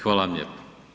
Hvala vam lijepa.